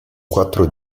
quattro